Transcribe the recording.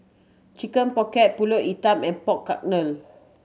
Chicken Pocket Pulut Hitam and pork